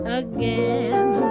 again